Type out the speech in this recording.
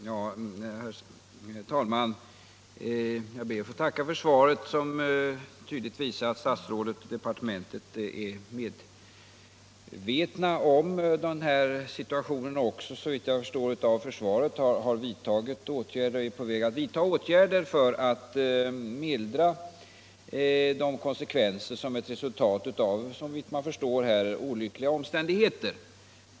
Herr talman! Jag ber att få tacka för svaret, som tydligt visar att statsrådet och departementet är medvetna om den här situationen och också, såvitt jag förstår av svaret, har vidtagit och är på väg att vidta åtgärder för att mildra de besvärliga förhållanden som tycks vara ett resultat av olyckliga omständigheter.